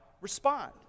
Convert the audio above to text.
respond